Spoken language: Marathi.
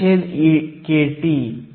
39 cm2 s 1 आहे